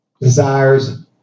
desires